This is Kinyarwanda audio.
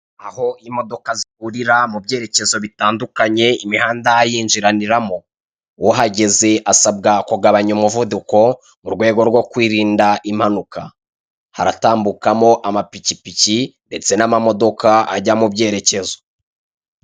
Aho imodoka zihurira, mu byerekeza bitandukanye, imihanda yinjiranira mo, uhageze asabwa kugabanya umuvuduko mu rwego rwo kwirinda impanuka, haratambuka mo amapikipiki, ndetse n'ama modoka ajya mu byerekezo.